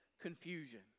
confusion